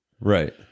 Right